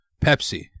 Pepsi